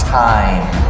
time